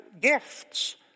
gifts